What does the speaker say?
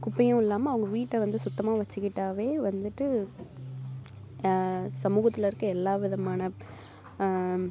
குப்பையும் இல்லாமல் அவங்க வீட்டை வந்து சுத்தமாக வச்சிக்கிட்டாலே வந்துட்டு சமூகத்தில் இருக்க எல்லா விதமான